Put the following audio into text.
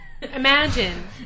Imagine